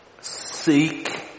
Seek